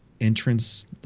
entrance